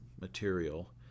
material